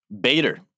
Bader